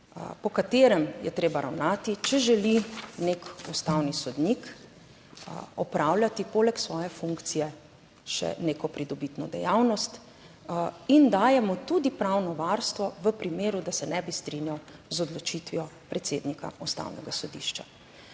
po katerem je treba ravnati, če želi nek ustavni sodnik opravljati poleg svoje funkcije še neko pridobitno dejavnost. In daje mu tudi pravno varstvo v primeru, da se ne bi strinjal z odločitvijo predsednika Ustavnega sodišča.